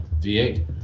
v8